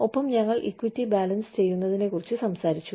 ഒപ്പം ഞങ്ങൾ equity balance ചെയ്യുന്നതിനെക്കുറിച്ച് സംസാരിച്ചു